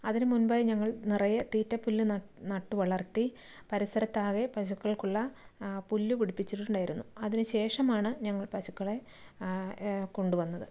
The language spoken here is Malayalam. അതിന് മുൻപായി ഞങ്ങൾ നിറയെ തീറ്റ പുല്ല് നട്ട് നട്ട് വളർത്തി പരിസരത്താകെ പശുക്കൾക്കുള്ള പുല്ല് പിടിപ്പിച്ചിട്ടുണ്ടായിരുന്നു അതിന് ശേഷമാണ് ഞങ്ങൾ പശുക്കളെ കൊണ്ടുവന്നത്